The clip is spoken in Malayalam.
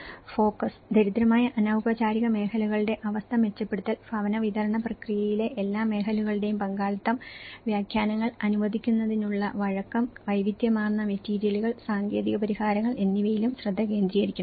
ഫോക്കസ് ദരിദ്രമായ അനൌപചാരിക മേഖലകളുടെ അവസ്ഥ മെച്ചപ്പെടുത്തൽ ഭവന വിതരണ പ്രക്രിയയിലെ എല്ലാ മേഖലകളുടെയും പങ്കാളിത്തം വ്യാഖ്യാനങ്ങൾ അനുവദിക്കുന്നതിനുള്ള വഴക്കം വൈവിധ്യമാർന്ന മെറ്റീരിയലുകൾ സാങ്കേതിക പരിഹാരങ്ങൾ എന്നിവയിലും ശ്രദ്ധ കേന്ദ്രീകരിക്കണം